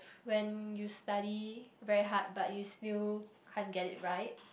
when you study very hard but you still can't get it right